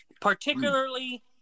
Particularly